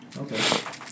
Okay